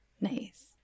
Nice